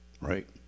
right